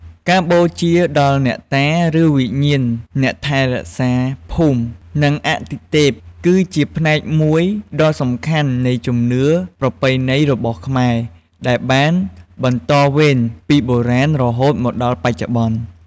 ការបូជាដល់ អ្នកតា ឬ វិញ្ញាណអ្នកថែរក្សាភូមិ និងអាទិទេព គឺជាផ្នែកមួយដ៏សំខាន់នៃជំនឿប្រពៃណីរបស់ខ្មែរ ដែលបានបន្តវេនពីបុរាណរហូតមកដល់បច្ចុប្បន្ន។